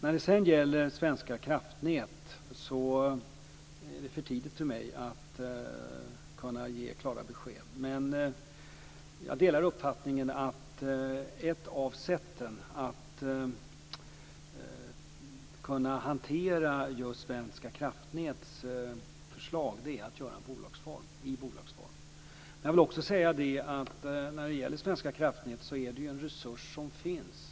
När det gäller Svenska kraftnät är det för tidigt för mig att kunna ge klara besked. Jag delar uppfattningen att ett av sätten att hantera Svenska kraftnäts förslag är i bolagsform. Jag vill också säga att Svenska kraftnät är en resurs som finns.